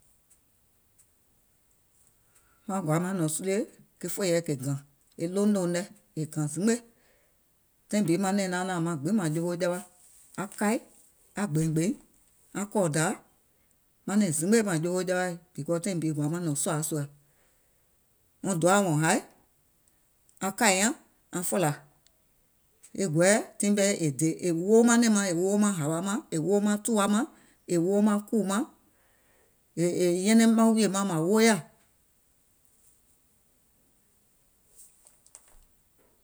Maŋ gɔ̀ȧȧ maŋ nɔ̀ŋ sulie, ke fòìɛ kè gàŋ, e ɗouŋ ɗòùŋ nɛ è gàŋ zimgbe, taìŋ bi manɛ̀ŋ naanààŋ gbiŋ màŋ jowo jawa, aŋ kaɨ, aŋ gbèìngbèìŋ, aŋ kɔ̀ɔ̀dȧȧ, manɛ̀ŋ zimgbe mȧŋ jowo jawaì, because taìŋ bi gɔ̀àȧ maŋ nɔ̀ŋ sɔ̀ȧȧ sùà. Wɔŋ doaȧ wɔ̀ŋ haì, aŋ kȧì nyaŋ aŋ fòlȧ, e gɔɛɛ̀ è dè è woo manɛ̀ŋ maŋ, è woo maŋ hàwa mȧŋ, è woo maŋ tùwa mȧŋ, è woo maŋ kùù maŋ, è è è nyɛnɛŋ maŋ wùìyè maŋ màŋ wooyà.